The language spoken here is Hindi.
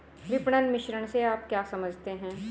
विपणन मिश्रण से आप क्या समझते हैं?